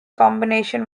combination